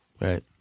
right